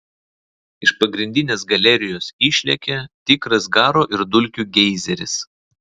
iš pagrindinės galerijos išlekia tikras garo ir dulkių geizeris